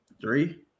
three